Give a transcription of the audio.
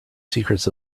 secrets